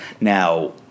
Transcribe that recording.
Now